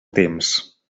temps